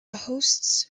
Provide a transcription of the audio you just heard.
hosts